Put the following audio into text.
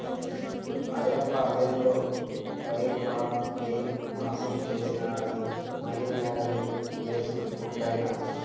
ఆయప్ప అదేందో wire fraud, mail మాసం చేసినాడాని మనీలాండరీంగ్ కేసు బుక్కైనాది